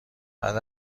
بعد